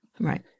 Right